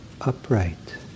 upright